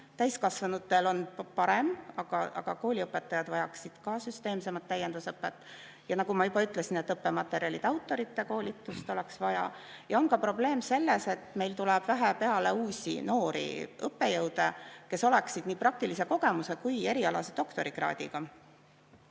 Täiskasvanutel on parem, aga kooliõpetajad vajaksid ka süsteemsemat täiendusõpet. Ja nagu ma juba ütlesin, õppematerjalide autorite koolitust oleks vaja. Probleem on selles, et meil tuleb vähe peale uusi noori õppejõude, kes oleksid nii praktilise kogemuse kui erialase doktorikraadiga.